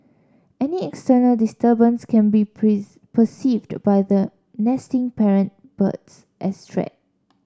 any external disturbance can be perceived by the nesting parent birds as threat